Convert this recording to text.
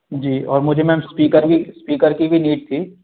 जी और मुझे ma'am speaker की इस्पीकर की भी नीड थी